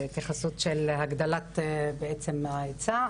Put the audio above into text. התייחסות של הגדלת ההיצע.